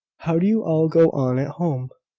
how do you all go on at home?